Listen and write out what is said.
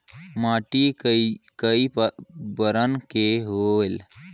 माटी कई बरन के होयल?